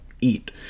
eat